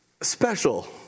special